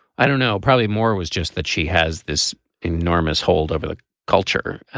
i don't know. probably more was just that she has this enormous hold over the culture.